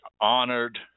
honored